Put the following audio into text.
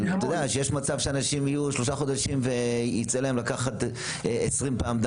יש מצב שאנשים יהיו שלושה חודשים וייצא להם לקחת דם כ-20 פעמים,